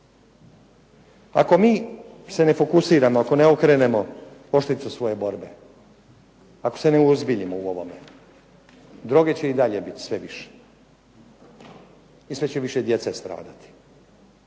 Ako se mi ne fokusiramo ako ne okrenemo oštricu svoje borbe, ako se ne uozbiljimo u ovome, droge će biti sve više i sve će više djece stradati.